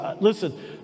listen